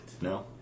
No